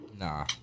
Nah